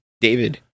David